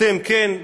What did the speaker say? אתם כן,